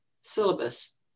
syllabus